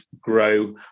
grow